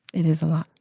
it is a lot.